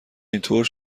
اینطور